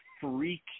freak